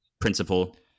principle